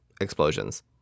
explosions